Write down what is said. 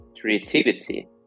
Creativity